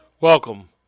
Welcome